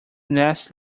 nest